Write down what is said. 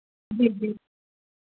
जी जी